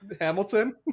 Hamilton